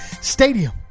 Stadium